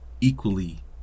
equally